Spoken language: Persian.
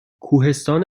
کوهستان